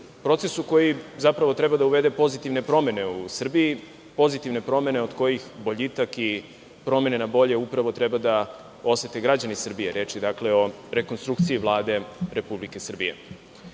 procesu koji treba da uvede pozitivne promene u Srbiji, pozitivne promene od kojih boljitak i promene na bolje upravo treba da osete građani Srbije. Reč je o rekonstrukciji Vlade Republike Srbije. Kada